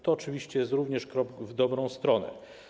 To oczywiście jest również krok w dobrą stronę.